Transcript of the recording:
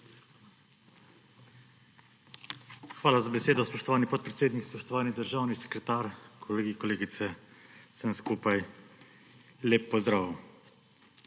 Hvala za besedo, spoštovani podpredsednik. Spoštovani državni sekretar, kolegi, kolegice, vsem skupaj lep pozdrav!